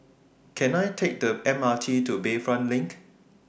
Can I Take The M R T to Bayfront LINK